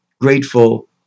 grateful